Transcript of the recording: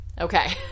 Okay